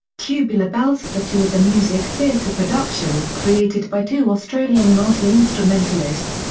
tubular bells for two is a music-theatre production created by two australian multi-instrumentalists,